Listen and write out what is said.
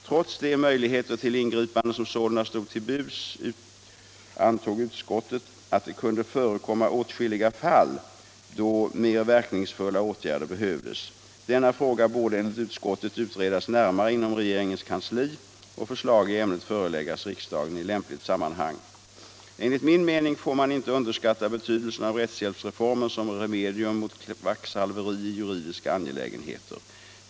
Trots de möjligheter till ingripande som sålunda stod till buds antog utskottet att det kunde förekomma åtskilliga fall där mer verkningsfulla åtgärder behövdes. Denna fråga borde enligt utskottet utredas närmare inom regeringens kansli och förslag i ämnet föreläggas riksdagen i lämpligt sammanhang. Enligt min mening får man inte underskatta betydelsen av rättshjälpsreformen som remedium mot ”kvacksalveri” i juridiska angelägenheter.